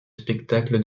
spectacle